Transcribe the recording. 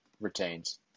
retains